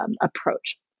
approach